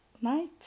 night